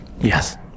Yes